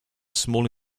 small